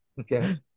okay